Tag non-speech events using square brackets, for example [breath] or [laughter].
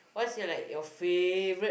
[breath]